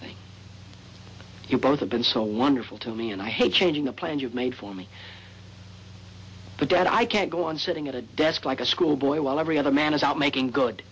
about you both have been so wonderful to me and i hate changing the plan you've made for me but that i can't go on sitting at a desk like a schoolboy while every other man is out making good